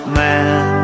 man